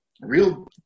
Real